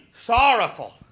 sorrowful